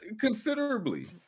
Considerably